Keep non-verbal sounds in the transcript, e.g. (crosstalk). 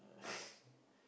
(laughs)